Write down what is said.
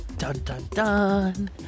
Dun-dun-dun